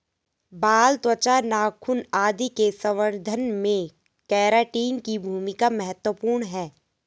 बाल, त्वचा, नाखून आदि के संवर्धन में केराटिन की भूमिका महत्त्वपूर्ण है